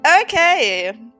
Okay